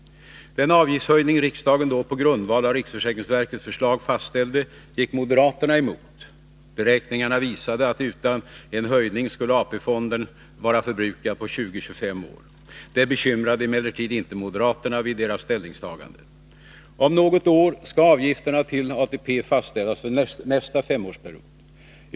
Den avgiftshöjning riksdagen då på grundval av riksförsäkringsverkets förslag fastställde gick moderaterna emot. Beräkningarna visade att utan en höjning skulle AP-fonden vara förbrukad på 20-25 år. Det bekymrade emellertid inte moderaterna vid deras ställningstagande. Om något år skall avgifterna till ATP fastställas för nästa femårsperiod.